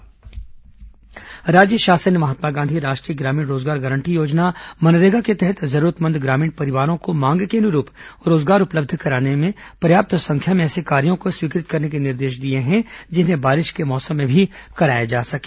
मनरेगा राज्य शासन ने महात्मा गांधी राष्ट्रीय ग्रामीण रोजगार गारंटी योजना मनरेगा के तहत जरूरतमंद ग्रामीण परिवारों को मांग के अनुरूप रोजगार उपलब्ध कराने पर्याप्त संख्या में ऐसे कार्यो को स्वीकृत करने के निर्देश दिए हैं जिन्हें बारिश के मौसम में भी कराया जा सके